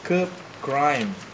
curb crime